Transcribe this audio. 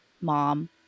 mom